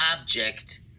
object